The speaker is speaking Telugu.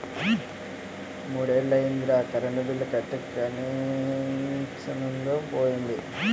మూడ్నెల్లయ్యిందిరా కరెంటు బిల్లు కట్టీ కనెచ్చనుందో పోయిందో